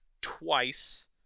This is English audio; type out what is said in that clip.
twice